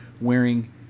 wearing